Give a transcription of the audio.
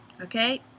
okay